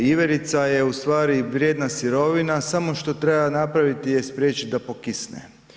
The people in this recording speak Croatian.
Iverica je u stvari vrijedna sirovina samo što treba napraviti je spriječit da pokisne.